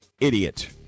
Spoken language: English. idiot